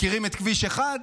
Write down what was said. מכירים את כביש 1?